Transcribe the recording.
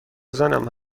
زنم